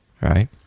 Right